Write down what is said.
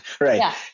right